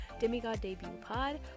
DemigodDebutPod